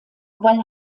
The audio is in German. weil